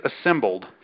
assembled